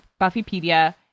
buffypedia